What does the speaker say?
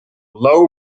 low